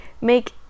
make